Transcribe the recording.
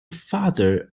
father